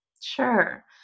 Sure